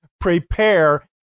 prepare